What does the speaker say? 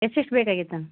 ಎಷ್ಟೆಷ್ಟು ಬೇಕಾಗಿತ್ತು